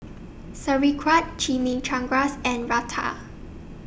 Sauerkraut Chimichangas and Raita